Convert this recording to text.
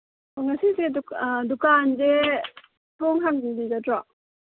ꯉꯁꯤꯁꯦ ꯗꯨꯀꯥꯟ ꯗꯨꯀꯥꯟꯁꯦ ꯊꯣꯡ ꯍꯥꯡꯕꯤꯒꯗ꯭ꯔꯣ